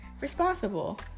Responsible